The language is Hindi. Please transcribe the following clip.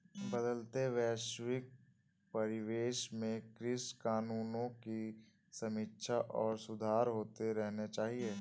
बदलते वैश्विक परिवेश में कृषि कानूनों की समीक्षा और सुधार होते रहने चाहिए